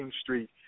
Street